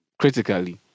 Critically